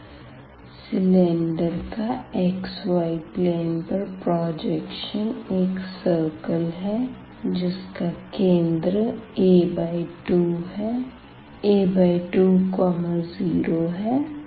cylinder का xy plane पर projection एक सर्कल है जिसका केंद्र a20 है